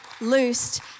loosed